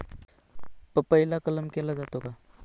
पपईला कलम केला जातो का?